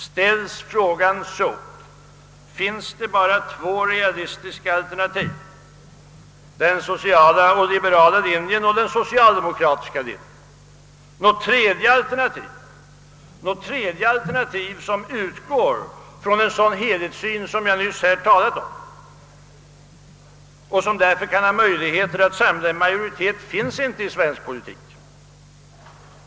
Ställs frågan så finns det bara två realistiska alternativ: den sociala och liberala linjen samt den socialdemokratiska linjen. Något tredje alternativ, som utgår från en sådan helhetssyn som jag nyss talade om och som därför kan ha möjligheter att samla en majoritet finns inte i svensk politik.